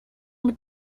mit